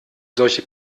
solche